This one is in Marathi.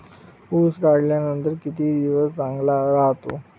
ऊस काढल्यानंतर किती दिवस चांगला राहतो?